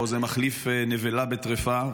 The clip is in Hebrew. פה זה מחליף נבלה בטרפה.